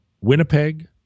Winnipeg